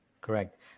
correct